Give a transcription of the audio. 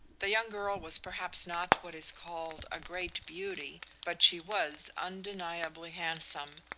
the young girl was perhaps not what is called a great beauty, but she was undeniably handsome,